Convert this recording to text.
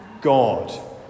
God